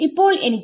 ഇപ്പോൾ എനിക്ക്